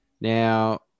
Now